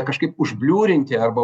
kažkaip užbliurinti arba